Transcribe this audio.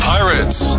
Pirates